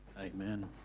Amen